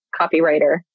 copywriter